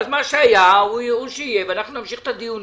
מה שהיה הוא שיהיה ואנחנו נמשיך את הדיונים